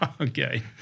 Okay